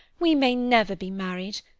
we may never be married.